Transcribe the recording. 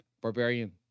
Barbarian